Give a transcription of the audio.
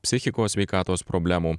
psichikos sveikatos problemų